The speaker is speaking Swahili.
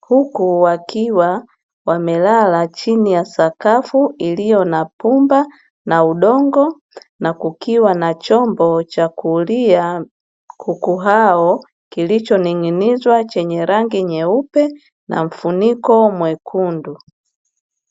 huku wakiwa wamelala chini ya sakafu iliyo na pumba na udongo, na kukiwa na chombo cha kulia kuku hao, kilichoning'inizwa chenye rangi nyeupe na mfuniko mwekundu.